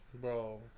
Bro